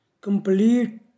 complete